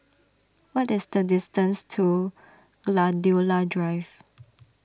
what is the distance to Gladiola Drive